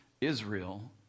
Israel